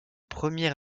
premier